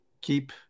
keep